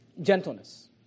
Gentleness